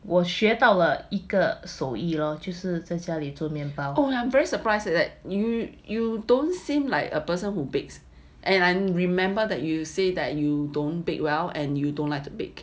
I'm very surprised that you you don't seem like a person who bakes and I remember that you say that you don't bake well and you don't like to bake